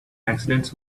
accidents